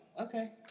okay